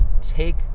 take